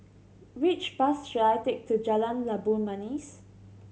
which bus should I take to Jalan Labu Manis